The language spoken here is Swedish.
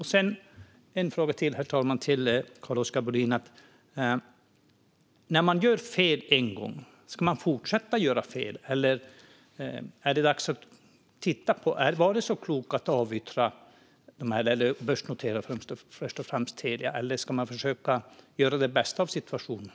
Jag har ytterligare en fråga till Carl-Oskar Bohlin, herr talman. När man har gjort fel en gång, ska man då fortsätta att göra fel? Är det kanske dags att titta på om det var så klokt att avyttra - eller börsnotera - först och främst Telia, eller ska man försöka göra det bästa av situationen?